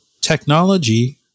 technology